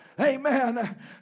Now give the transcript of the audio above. amen